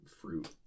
fruit